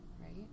Right